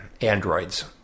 androids